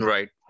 Right